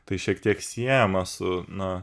tai šiek tiek siejama su na